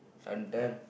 sometime